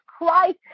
Christ